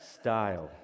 style